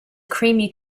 creamy